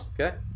Okay